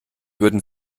würden